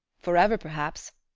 forever, perhaps.